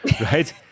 right